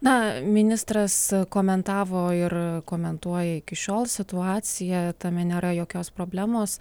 na ministras komentavo ir komentuoja iki šiol situaciją tame nėra jokios problemos